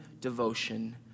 devotion